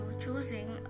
choosing